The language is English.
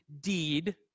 deed